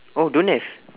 oh don't have